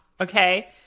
Okay